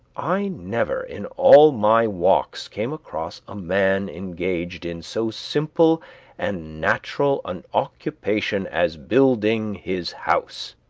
i never in all my walks came across a man engaged in so simple and natural an occupation as building his house.